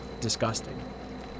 disgusting